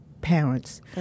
parents